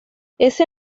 ese